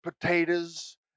potatoes